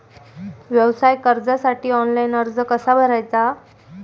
व्यवसाय कर्जासाठी ऑनलाइन अर्ज कसा भरायचा?